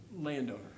landowner